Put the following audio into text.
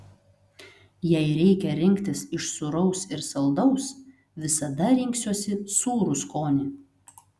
jei reikia rinktis iš sūraus ir saldaus visada rinksiuosi sūrų skonį